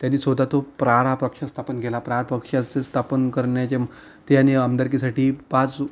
त्यांनी स्वतः तो प्रहार हा पक्ष स्थापन केला प्रहार पक्षाचे स्थापन करण्याचे त्यांनी आमदारकीसाठी पाच